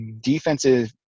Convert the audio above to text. defensive